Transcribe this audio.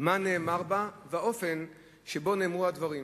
מה נאמר בה, ומה האופן שבו נאמרו הדברים.